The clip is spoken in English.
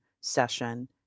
session